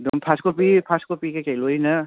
ꯑꯗꯨꯝ ꯐꯥꯁ ꯀꯣꯄꯤ ꯐꯥꯁ ꯀꯣꯄꯤ ꯀꯩꯀꯩ ꯂꯣꯏꯅ